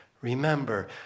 Remember